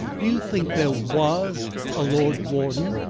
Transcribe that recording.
you think there was a lord warden?